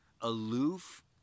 aloof